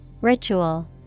Ritual